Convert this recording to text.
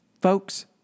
Folks